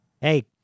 hey